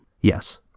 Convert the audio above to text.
Yes